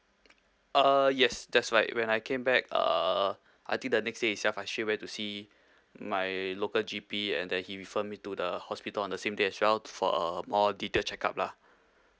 uh yes that's right when I came back uh I think the next day itself I actually went to see my local G_P and then he refer me to the hospital on the same day as well for more detailed check-up lah